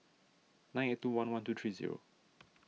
nine eight two one one two three zero